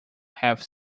have